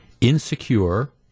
Insecure